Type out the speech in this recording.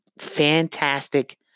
fantastic